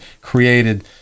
created –